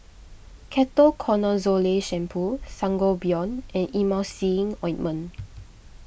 Ketoconazole Shampoo Sangobion and Emulsying Ointment